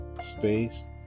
space